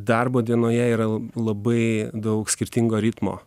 darbo dienoje yra labai daug skirtingo ritmo